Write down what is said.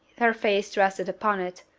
her face rested upon it,